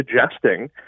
suggesting